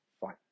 fine